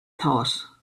thought